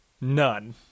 None